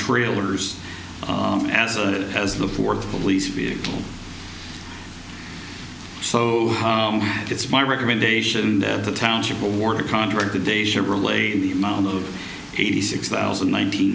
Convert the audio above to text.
trailers as a as the fourth police vehicle so it's my recommendation that the township awarded contract the day chevrolet the amount of eighty six thousand nine